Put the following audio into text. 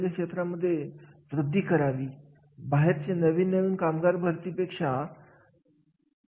कोणत्या अडचणी आहेत आणि त्यावर ती काय उपाय असेल